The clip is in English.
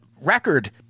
record